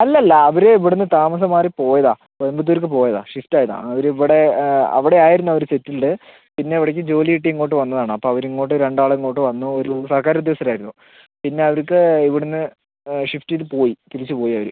അല്ല അല്ല അവർ ഇവിടെ നിന്ന് താമസം മാറി പോയതാണ് കൊയമ്പത്തൂരിലേക്ക് പോയതാണ് ഷിഫ്റ്റ് ആയതാണ് അവർ ഇവിടെ അവിടെ ആയിരുന്നു അവർ സെറ്റിൽഡ് പിന്നെ അവിടേക്ക് ജോലി കിട്ടി ഇങ്ങോട്ട് വന്നതാണ് അപ്പം അവർ ഇങ്ങോട്ട് രണ്ടാൾ ഇങ്ങോട്ട് വന്നു ഒരു സർക്കാർ ഉദ്യോഗസ്ഥർ ആയിരുന്നു പിന്നെ അവർക്ക് ഇവിടെ നിന്ന് ഷിഫ്റ്റ് ചെയ്ത് പോയി തിരിച്ചു പോയി അവർ